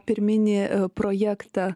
pirminį projektą